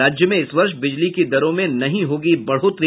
राज्य में इस वर्ष बिजली की दरों में नहीं होगी बढ़ोतरी